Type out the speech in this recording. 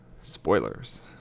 spoilers